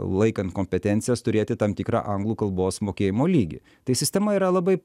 laikant kompetencijas turėti tam tikrą anglų kalbos mokėjimo lygį tai sistema yra labai